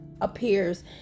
appears